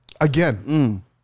Again